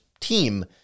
team